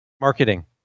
Marketing